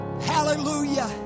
Hallelujah